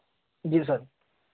जी sir